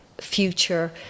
future